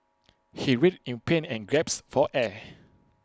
he writhed in pain and gasped for air